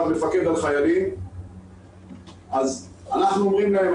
לפקד על חיילים אז אנחנו אומרים להם,